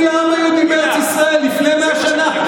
לעם היהודי בארץ ישראל לפני 100 שנה?